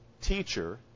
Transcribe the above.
teacher